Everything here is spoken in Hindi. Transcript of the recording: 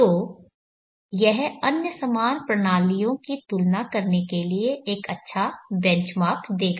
तो यह अन्य समान प्रणालियों की तुलना करने के लिए एक अच्छा बेंचमार्क देगा